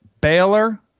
Baylor